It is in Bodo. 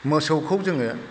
मोसौखौ जोङो